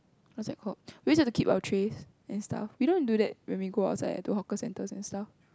what's that called we always have to keep our trays and stuff we don't do that when we go outside at to hawker centres and stuff